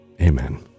Amen